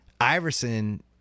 Iverson